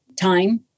time